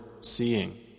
seeing